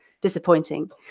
Disappointing